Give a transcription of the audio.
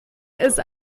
ist